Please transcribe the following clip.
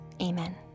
Amen